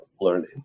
learning